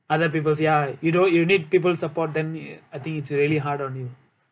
other people's ya you know you need people support then I think it's really hard on you